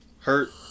hurt